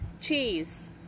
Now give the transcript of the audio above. Cheese